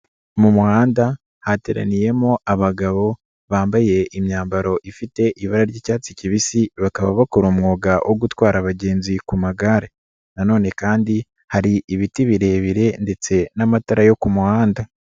Mu muhanda hateraniyemo abagabo bambaye imyambaro ifite ibara ry'icyatsi kibisi bakaba bakora umwuga wo gutwara abagenzi ku magare. Nanone kandi hari ibiti birebire ndetse n'amatara yo ku muhanda.